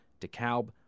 DeKalb